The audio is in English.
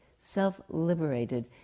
self-liberated